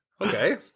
Okay